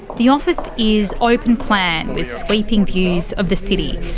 the office is open plan with sweeping views of the city.